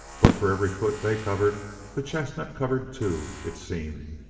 but for every foot they covered the chestnut covered two, it seemed.